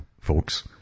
folks